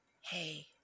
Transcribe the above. hey